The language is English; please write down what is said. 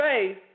faith